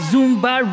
Zumba